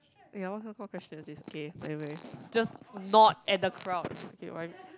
ya what kind of question is this K whatever just not at the crowd